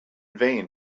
vain